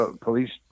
police